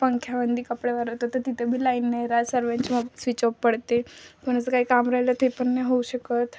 पंख्यामध्ये कपडे वाळवतो तर तिथे बी लाईन नाही राह सर्वांची म स्विच ऑफ पडते म्हणूनच काही काम राहिलं ते पण नाही होऊ शकत